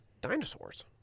Dinosaurs